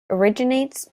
originates